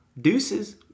deuces